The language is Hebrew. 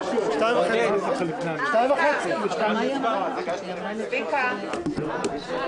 הישיבה ננעלה בשעה